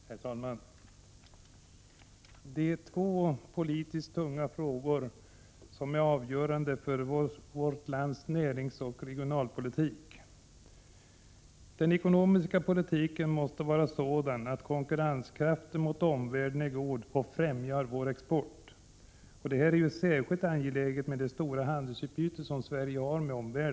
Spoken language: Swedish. Herr talman! Det är två politiskt tunga frågor som är avgörande för vårt lands näringsoch regionalpolitik. Den ekonomiska politiken måste vara sådan att konkurrenskraften gentemot omvärlden är god och främjar vårt lands export. Detta är särskilt angeläget med det stora handelsutbyte som Sverige har.